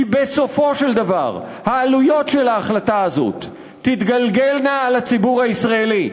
כי בסופו של דבר העלויות של ההחלטה הזאת תתגלגלנה אל הציבור הישראלי.